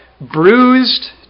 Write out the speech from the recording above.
bruised